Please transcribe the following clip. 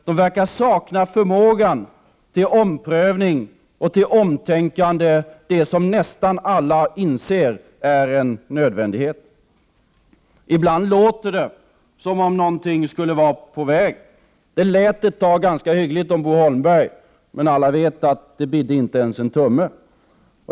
De verkar sakna förmågan till omprövning och omtänkande — det som nästan alla inser är en nödvändighet. Ibland låter det som om någonting skulle vara på väg. Det lät ett tag ganska hyggligt från Bo Holmberg, men vi vet alla att det inte ens bidde en tumme.